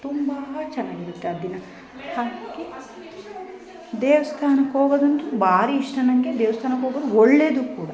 ತುಂಬ ಚೆನ್ನಾಗಿರುತ್ತೆ ಆ ದಿನ ಅದ್ಕೆ ದೇವಸ್ಥಾನಕ್ ಹೋಗೋದಂತು ಭಾರಿ ಇಷ್ಟ ನಂಗೆ ದೇವಸ್ಥಾನಕ್ ಹೋಗೋದು ಒಳ್ಳೇದು ಕೂಡ